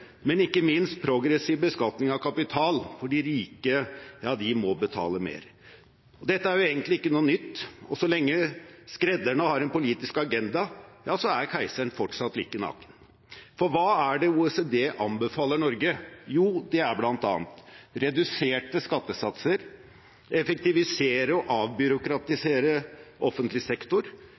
men ikke minst progressiv beskatning av kapital, for de rike må betale mer. Dette er egentlig ikke noe nytt, og så lenge skredderne har en politisk agenda, er keiseren fortsatt like naken. For hva er det OECD anbefaler Norge? Det er bl.a. reduserte skattesatser, å effektivisere og avbyråkratisere offentlig sektor,